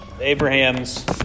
Abraham's